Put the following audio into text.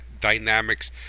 dynamics